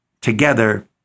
together